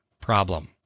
problem